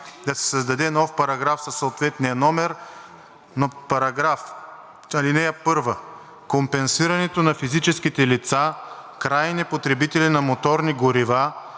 Да се създаде нов параграф със съответния номер: „(1) Компенсирането на физическите лица, крайни потребители на моторни горива,